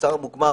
המוצר המוגמר